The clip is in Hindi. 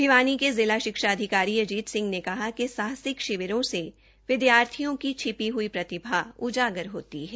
भिवानी के जिला षिक्षा अधिकारी अजीत सिंह ने कहा कि साहसिक षिविरों से विद्यार्थियों की छिपी हई प्रतिभा उजागर होती है